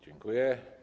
Dziękuję.